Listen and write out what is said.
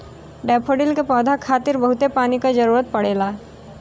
daffodil के पौधा खातिर बहुते पानी क जरुरत पड़ेला